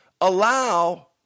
allow